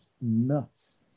Nuts